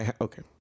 Okay